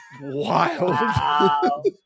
wild